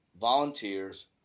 volunteers